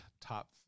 Top